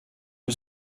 you